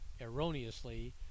erroneously